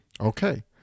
Okay